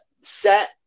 set